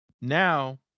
Now